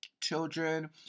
children